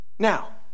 Now